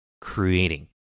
creating